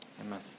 Amen